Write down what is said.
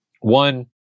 One